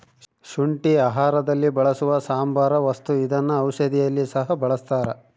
ಶುಂಠಿ ಆಹಾರದಲ್ಲಿ ಬಳಸುವ ಸಾಂಬಾರ ವಸ್ತು ಇದನ್ನ ಔಷಧಿಯಲ್ಲಿ ಸಹ ಬಳಸ್ತಾರ